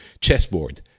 chessboard